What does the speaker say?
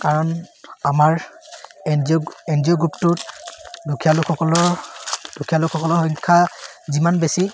কাৰণ আমাৰ N G O N G O গ্ৰুপটোত দুখীয়া লোকসকলৰ দুখীয়া লোকসকলৰ সংখ্যা যিমান বেছি